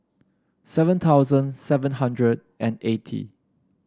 seven thousand seven hundred and eighty